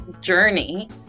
journey